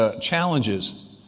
challenges